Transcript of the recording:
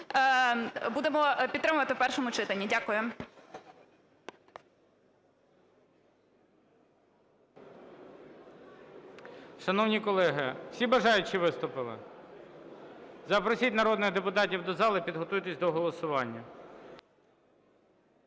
будемо підтримувати в першому читанні. Дякую.